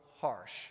harsh